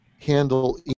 handle